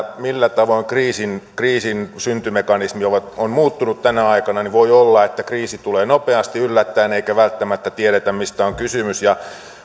millä tavoin kriisin kriisin syntymekanismi on muuttunut tänä aikana niin voi olla että kriisi tulee nopeasti yllättäen eikä välttämättä tiedetä mistä on kysymys ja